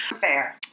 Fair